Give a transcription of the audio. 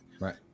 right